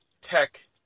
tech